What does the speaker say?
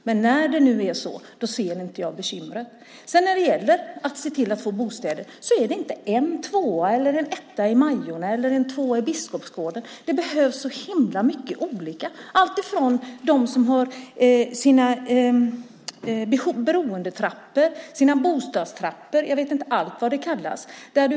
Men när det nu är så här så ser jag inte det bekymret. När det gäller att se till att få bostäder är det inte en etta eller en tvåa i Majorna eller en tvåa i Biskopsgården som det handlar om. Det behövs så himla många olika bostäder. Det gäller till exempel dem som har sina beroendetrappor, sina bostadstrappor och jag vet inte allt vad det kallas.